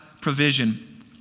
provision